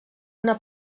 una